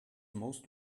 most